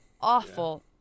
Awful